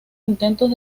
intentos